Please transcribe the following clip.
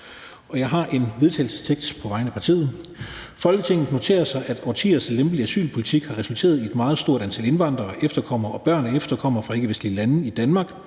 Forslag til vedtagelse »Folketinget noterer sig, at årtiers lempelig asylpolitik har resulteret i et meget stort antal indvandrere, efterkommere og børn af efterkommere fra ikkevestlige lande i Danmark.